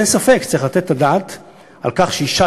אין ספק שצריך לתת את הדעת על כך שאישה